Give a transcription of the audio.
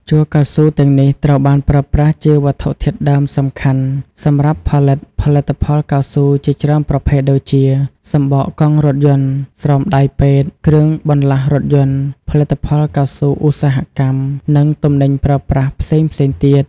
ជ័រកៅស៊ូទាំងនេះត្រូវបានប្រើប្រាស់ជាវត្ថុធាតុដើមសំខាន់សម្រាប់ផលិតផលិតផលកៅស៊ូជាច្រើនប្រភេទដូចជា សំបកកង់រថយន្ត ស្រោមដៃពេទ្យ គ្រឿងបន្លាស់រថយន្ត ផលិតផលកៅស៊ូឧស្សាហកម្ម និងទំនិញប្រើប្រាស់ផ្សេងៗទៀត។